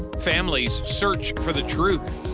families search for the truth.